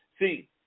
see